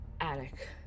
Attic